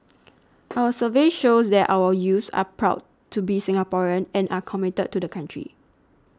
our surveys show that our youths are proud to be Singaporean and are committed to the country